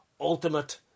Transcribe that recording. ultimate